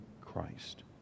Christ